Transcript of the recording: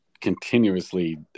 continuously